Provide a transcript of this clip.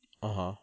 (uh huh)